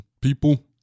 people